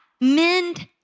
mend